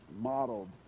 modeled